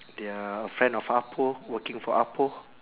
they are a fan of ah poh working for ah poh